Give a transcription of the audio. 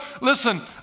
listen